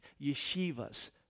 yeshivas